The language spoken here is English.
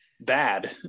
bad